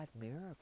miracle